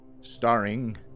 Starring